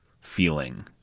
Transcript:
feeling